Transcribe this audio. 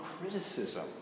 criticism